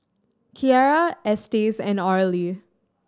Kierra Estes and Arly